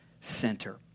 Center